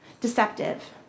deceptive